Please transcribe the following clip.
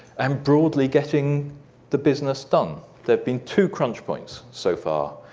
and broadly getting the business done. there have been two crunch points, so far,